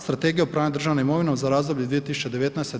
Strategija upravljanja državnom imovinom za razdoblje 2019.